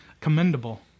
commendable